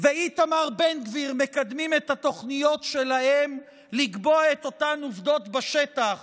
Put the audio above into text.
ואיתמר בן גביר מקדמים את התוכניות שלהם לקבוע את אותן עובדות בשטח